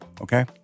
Okay